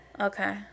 okay